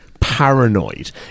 paranoid